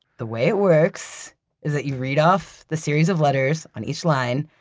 the way it works is that you've read off the series of letters on each line,